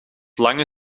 lange